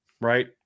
Right